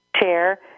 chair